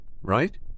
right